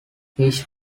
fish